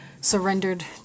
surrendered